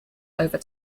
over